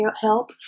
help